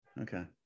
okay